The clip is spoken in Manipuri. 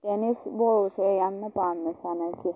ꯇꯦꯅꯤꯁ ꯕꯣꯜꯁꯦ ꯌꯥꯝꯅ ꯄꯥꯝꯅ ꯁꯥꯟꯅꯈꯤ